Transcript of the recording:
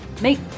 make